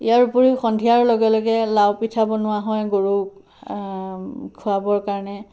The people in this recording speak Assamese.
ইয়াৰ উপৰিও সন্ধিয়াৰ লগে লগে লাও পিঠা বনোৱা হয় গৰুক খুৱাবৰ কাৰণে